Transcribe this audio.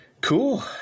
Cool